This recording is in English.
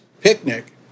picnic